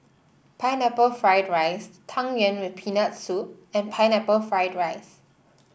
Pineapple Fried Rice Tang Yuen with Peanut Soup and Pineapple Fried Rice